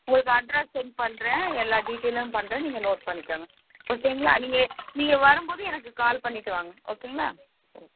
உங்களுக்கு address send பண்ணுறேன் எல்லா டீடெய்லும் பண்ணுறேன் நீங்கள் நோட் பண்ணிக்கோங்க ஓகேங்களா நீங்கள் நீங்கள் வரும்போது எனக்கு கால் பண்ணிட்டு வாங்க ஓகேங்களா ஓக்